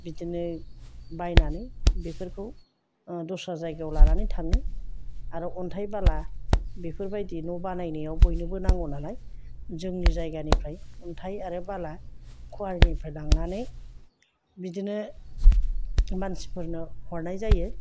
बिदिनो बायनानै बेफोरखौ दस्रा जायगायाव लानानै थाङो आरो अन्थाइ बाला बेफोरबायदि न' बानायनायाव बयनोबो नांगौनालाय जोंनि जायगानिफ्राय अन्थाइ आरो बाला कवारिनिफ्राय लांनानै बिदिनो मानसिफोरनो हरनाय जायो